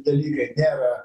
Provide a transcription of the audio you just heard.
dalykai nėra